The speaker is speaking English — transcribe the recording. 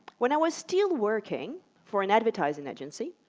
when i was still working for an advertising agency,